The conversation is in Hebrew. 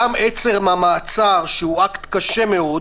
גם עצם המעצר שהוא אקט קשה מאוד,